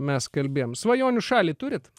mes kalbėjom svajonių šalį turit